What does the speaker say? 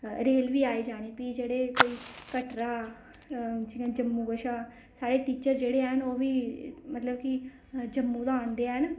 ते रेल बी आई जाना फ्ही जेहडे कोई कटरा जि'यां जम्मू कशा साढ़़े टीचर जेहड़े हैन ओह् बी मतलब कि जम्मू दा आंदे हैन